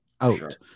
out